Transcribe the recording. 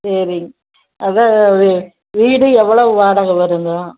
சரிங் அதுதான் வீடு எவ்வளவு வாடகை வருங்க